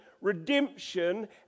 redemption